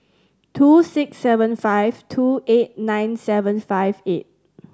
two six seven five two eight nine seven five eight